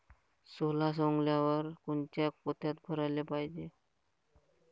सोला सवंगल्यावर कोनच्या पोत्यात भराले पायजे?